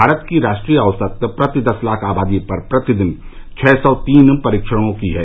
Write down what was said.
भारत की राष्ट्रीय औसत प्रति दस लाख आबादी पर प्रतिदिन छः सौ तीन परीक्षणों की है